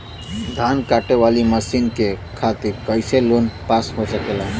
धान कांटेवाली मशीन के खातीर कैसे लोन पास हो सकेला?